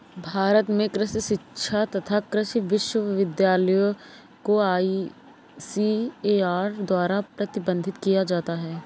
भारत में कृषि शिक्षा तथा कृषि विश्वविद्यालय को आईसीएआर द्वारा प्रबंधित किया जाता है